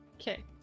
Okay